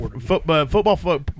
football